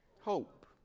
Hope